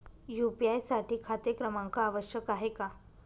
UPI साठी खाते क्रमांक आवश्यक आहे का?